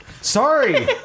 Sorry